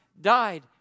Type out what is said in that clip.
died